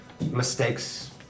mistakes